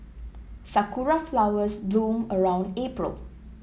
sakura flowers bloom around April